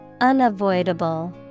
Unavoidable